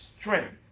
strength